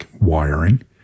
wiring